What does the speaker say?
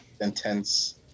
intense